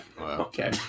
Okay